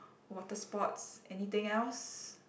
water sports anything else